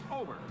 over